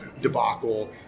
debacle